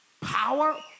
Power